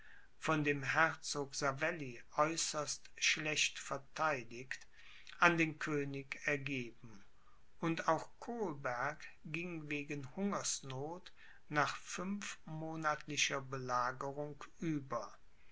von dem herzog savelli äußerst schlecht verteidigt an den könig ergeben und auch kolberg ging wegen hungersnoth nach fünfmonatlicher belagerung über